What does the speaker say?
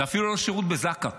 זה אפילו לא שירות בזק"א.